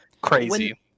crazy